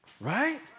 Right